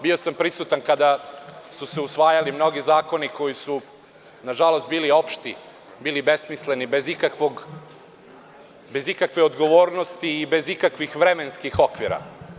Bio sam prisutan kada su se usvajali mnogi zakoni koji su nažalost bili opšti, bili besmisleni, bez ikakve odgovornosti i bez ikakvih vremenskih okvira.